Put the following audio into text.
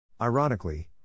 Ironically